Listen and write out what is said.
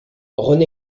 rené